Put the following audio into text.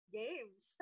games